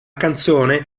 canzone